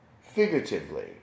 figuratively